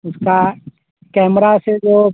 उसके कैमरा से जो